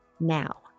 now